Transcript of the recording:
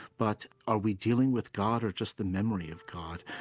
but are we dealing with god or just the memory of god?